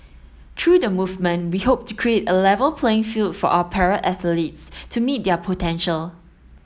through the movement we hope to create a level playing field for our para athletes to meet their potential